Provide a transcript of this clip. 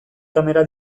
kamera